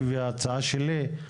היא וההצעה שלי,